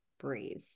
breathe